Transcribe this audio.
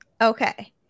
okay